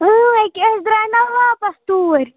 یہِ کہِ أسۍ درٛایہِ نَا واپَس توٗرۍ